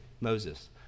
Moses